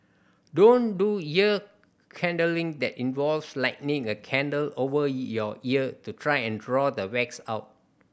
don't do ear candling that involves lighting a candle over your ear to try and draw the wax out